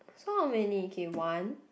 so how many okay one